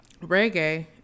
reggae